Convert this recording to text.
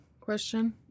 question